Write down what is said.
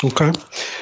Okay